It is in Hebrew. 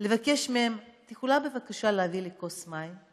לבקש מהם: את יכולה בבקשה להביא לי כוס מים?